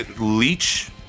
Leech